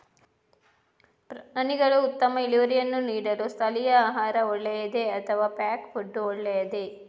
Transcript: ಪ್ರಾಣಿಗಳು ಉತ್ತಮ ಇಳುವರಿಯನ್ನು ನೀಡಲು ಸ್ಥಳೀಯ ಆಹಾರ ಒಳ್ಳೆಯದೇ ಅಥವಾ ಪ್ಯಾಕ್ ಫುಡ್ ಒಳ್ಳೆಯದೇ?